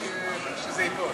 חבל שזה ייפול.